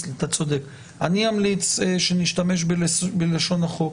אמליץ שנשתמש בלשון החוק,